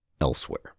elsewhere